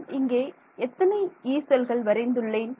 நான் இங்கே எத்தனை 'யீ' செல்கள் வரைந்துள்ளேன்